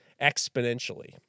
exponentially